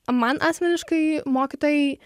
man asmeniškai mokytojai